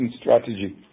strategy